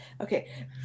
Okay